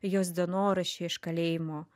jos dienoraščiai iš kalėjimo